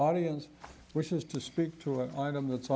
audience wishes to speak to an item that's